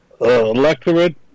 electorate